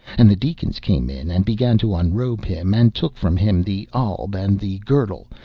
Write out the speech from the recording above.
and the deacons came in and began to unrobe him, and took from him the alb and the girdle,